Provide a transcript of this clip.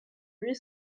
huit